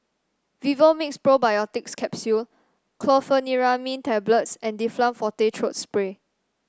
Vivomixx Probiotics Capsule Chlorpheniramine Tablets and Difflam Forte Throat Spray